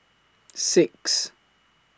six